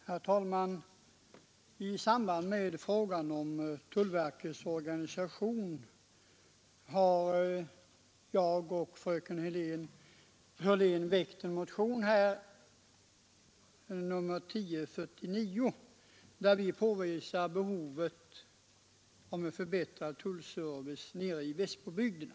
Herr talman! I samband med frågan om tullverkets organisation har jag och fröken Hörlén väckt motionen 1049, vari vi påvisar behovet av en förbättrad tullservice i Västbobygderna.